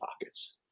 pockets